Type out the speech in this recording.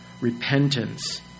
repentance